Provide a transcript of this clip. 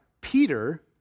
Peter